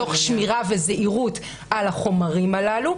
תוך שמירה וזהירות על החומרים האלה.